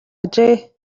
ажээ